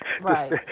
Right